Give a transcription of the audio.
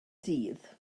dydd